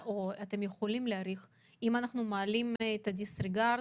אם מעלים את הדיסריגרד,